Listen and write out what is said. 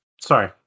Sorry